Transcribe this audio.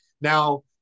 Now